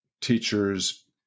teachers